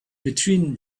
between